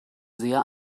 sehr